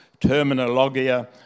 Terminologia